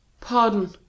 Pardon